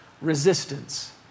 resistance